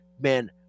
man